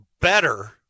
Better